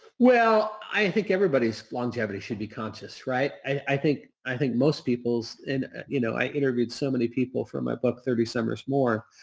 well, i think everybody's longevity should be conscious, right? i think i think most people's, and you you know, i interviewed so many people for my book, thirty summers more,